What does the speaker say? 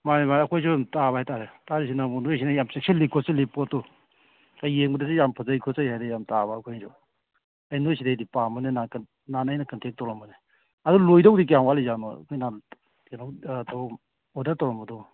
ꯃꯥꯅꯦ ꯃꯥꯅꯦ ꯑꯩꯈꯣꯏꯁꯨ ꯑꯗꯨꯝ ꯇꯥꯕ ꯍꯥꯏꯇꯥꯔꯦ ꯇꯥꯔꯤꯁꯤꯅ ꯑꯃꯨꯛ ꯅꯣꯏꯁꯤꯅ ꯌꯥꯝ ꯆꯦꯛꯁꯤꯜꯂꯤ ꯈꯣꯠꯆꯤꯜꯂꯤ ꯄꯣꯠꯇꯣ ꯌꯦꯡꯕꯗꯗꯤ ꯌꯥꯝ ꯐꯖꯩ ꯈꯣꯠꯆꯩ ꯍꯥꯏꯗꯤ ꯌꯥꯝ ꯇꯥꯕ ꯑꯩꯈꯣꯏꯅꯁꯨ ꯑꯩ ꯅꯣꯏ ꯁꯤꯗꯩꯗꯤ ꯄꯥꯝꯕꯅꯤ ꯅꯍꯥꯟ ꯑꯩꯅ ꯀꯟꯇꯦꯛ ꯇꯧꯔꯝꯕꯅꯦ ꯑꯗꯣ ꯂꯣꯏꯗꯧꯗꯤ ꯀꯌꯥꯝ ꯋꯥꯠꯂꯤꯖꯥꯠꯅꯣ ꯑꯩꯈꯣꯏ ꯅꯍꯥꯟ ꯀꯩꯅꯣ ꯑꯣꯗꯔ ꯇꯧꯔꯝꯕꯗꯣ